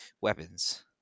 weapons